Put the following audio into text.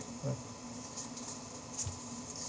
okay